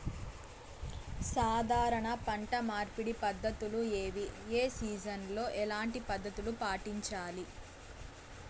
సాధారణ పంట మార్పిడి పద్ధతులు ఏవి? ఏ సీజన్ లో ఎట్లాంటి పద్ధతులు పాటించాలి?